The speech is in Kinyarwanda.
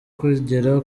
kugera